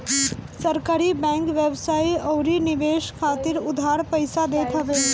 सहकारी बैंक व्यवसाय अउरी निवेश खातिर उधार पईसा देत हवे